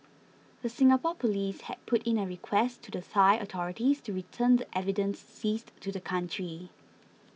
the Singapore police had put in a request to the Thai authorities to return the evidence seized to the country